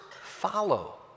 follow